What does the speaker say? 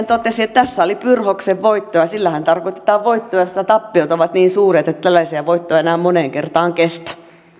totesi että tässä oli pyrrhoksen voitto ja sillähän tarkoitetaan voittoja joissa tappiot ovat niin suuret että tällaisia voittoja ei enää moneen kertaan kestä